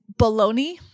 baloney